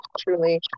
truly